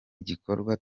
igikorwa